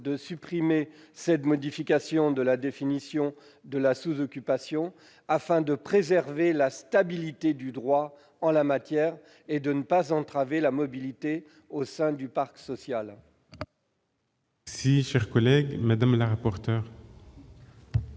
à supprimer cette modification de la définition de la sous-occupation afin de préserver la stabilité du droit en la matière et de ne pas entraver la mobilité au sein du parc social.